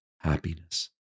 happiness